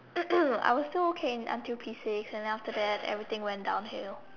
I was still okay until P six and then after that everything went downhill